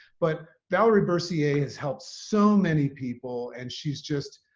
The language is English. but valerie bercier has helped so many people and she's just